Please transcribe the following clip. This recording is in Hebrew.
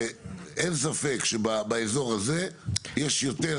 שאין ספק שבאזור הזה יש יותר